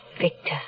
Victor